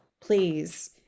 please